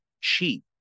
cheap